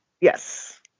Yes